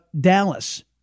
Dallas